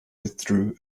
withdrew